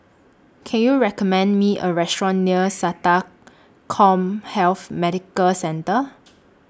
Can YOU recommend Me A Restaurant near Sata Commhealth Medical Centre